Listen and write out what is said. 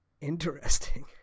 interesting